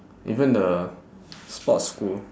even the sports school